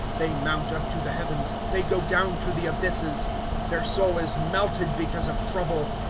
they mount up to the heavens, they go down to the abysses their soul is melted because of trouble,